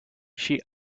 she